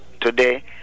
today